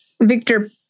Victor